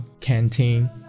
canteen